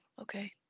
okay